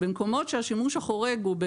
במקומות שהשימוש החורג הוא,